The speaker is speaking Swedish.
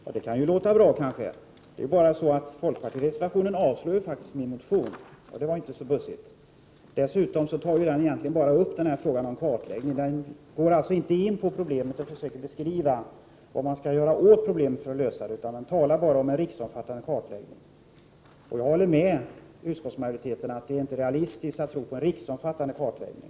Fru talman! Det kan kanske låta bra. I folkpartiets reservation avstyrks emellertid min motion, och det var inte särskilt snällt. Reservationen tar dessutom egentligen bara upp frågan om en kartläggning. Den går således inte in på problemet och vad man skall göra för att lösa det, utan den talar bara om en riksomfattande kartläggning. Jag håller med utskottsmajoriteten om att det inte är realistiskt att tro på en riksomfattande kartläggning.